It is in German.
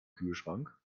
kühlschrank